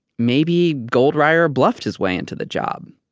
maybe goldreyer bluffed his way into the job,